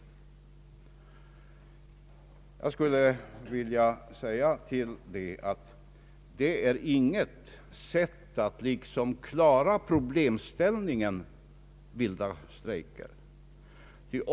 Jag skulle vilja säga att detta inte är något sätt att lösa problemet med vilda strejker.